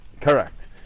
Correct